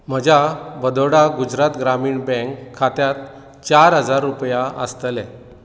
म्हज्या वदोडा गुजरात ग्रामीण बँक खात्यांत चार हजार रुपया आसतले